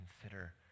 consider